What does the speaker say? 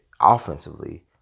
Offensively